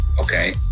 Okay